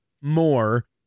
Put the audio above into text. more